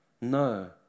No